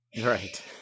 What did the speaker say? Right